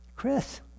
Chris